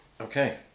Okay